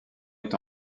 est